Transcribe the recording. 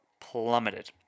plummeted